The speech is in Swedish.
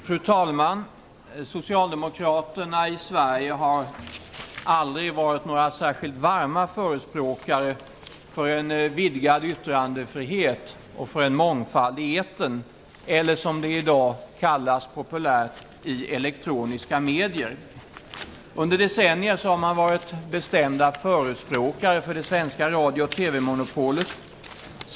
Fru talman! Socialdemokraterna i Sverige har aldrig varit några särskilt varma förespråkare för en vidgad yttrandefrihet och för en mångfald i etern eller, som det i dag kallas populärt, i elektroniska medier. Under decennier har de varit bestämda förespråkare för det svenska radio och TV monopolet.